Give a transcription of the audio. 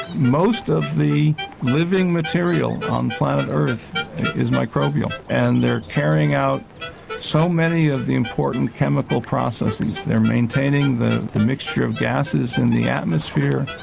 most of the living material on planet earth is microbial and they are carrying out so many of the important chemical processes, they are maintaining the the mixture of gases in the atmosphere,